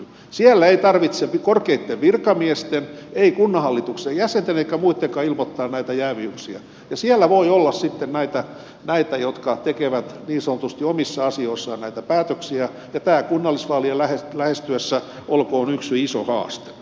siellä ei tarvitse korkeitten virkamiesten ei kunnanhallituksen jäsenten eikä muittenkaan ilmoittaa näitä jääviyksiä ja siellä voi olla sitten näitä jotka tekevät niin sanotusti omissa asioissaan näitä päätöksiä ja tämä kunnallisvaalien lähestyessä olkoon yksi iso haaste